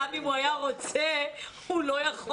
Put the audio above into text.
גם אם הוא היה רוצה הוא לא יכול,